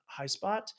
Highspot